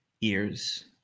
ears